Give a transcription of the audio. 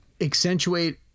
accentuate